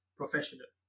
professional